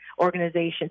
Organization